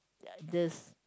this